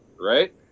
Right